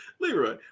Leroy